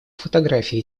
фотографии